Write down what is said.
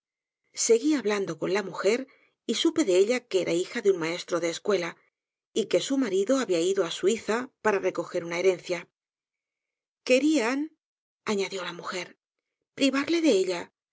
seguí hablando con la mujer y supe de ella que era hija de un maestro de escuela y que su marido habia ido á suiza para recojer una herencia querían añadió la mujer privarle de ella